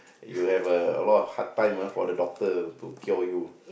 you have a lot hard time ah for the doctor to cure you